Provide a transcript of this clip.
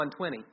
1.20